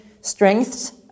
strengths